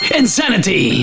insanity